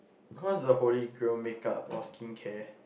what's the holy grail make-up or skincare